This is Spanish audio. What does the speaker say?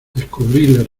descubríles